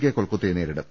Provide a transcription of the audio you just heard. K കൊൽക്കത്തയെ നേരിടും